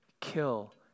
kill